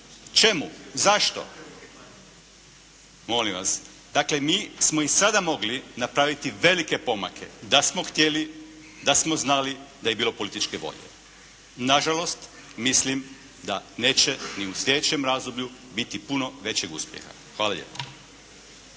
Čemu? Zašto? Molim vas, dakle mi smo i sada mogli napraviti velike pomake da smo htjeli, da smo znali, da je bilo političke volje. Nažalost mislim da neće ni u sljedećem razdoblju biti puno većeg uspjeha. Hvala lijepa.